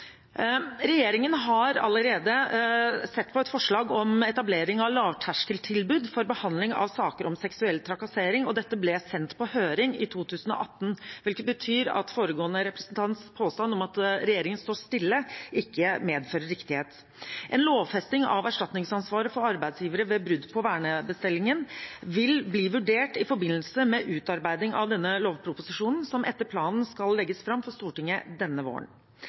Regjeringen har allerede sett på et forslag om etablering av lavterskeltilbud for behandling av saker om seksuell trakassering. Dette ble sendt på høring i 2018, hvilket betyr at foregående representants påstand om at regjeringen står stille, ikke medfører riktighet. En lovfesting av erstatningsansvaret for arbeidsgivere ved brudd på vernebestemmelsen vil bli vurdert i forbindelse med utarbeiding av den lovproposisjonen som etter planen skal legges fram for Stortinget denne våren.